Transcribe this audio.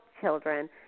children